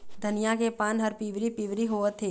धनिया के पान हर पिवरी पीवरी होवथे?